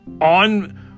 on